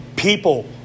People